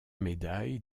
médaille